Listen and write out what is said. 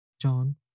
John